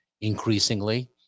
increasingly